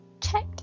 check